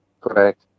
Correct